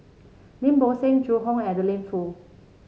Lim Bo Seng Zhu Hong and Adeline Foo